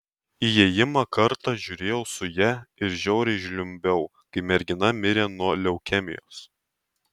įėjimą kartą žiūrėjau su ja ir žiauriai žliumbiau kai mergina mirė nuo leukemijos